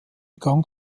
gang